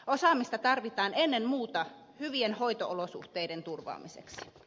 osaamista tarvitaan ennen muuta hyvien hoito olosuhteiden turvaamiseksi